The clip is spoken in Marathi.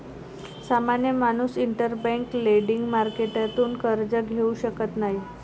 सामान्य माणूस इंटरबैंक लेंडिंग मार्केटतून कर्ज घेऊ शकत नाही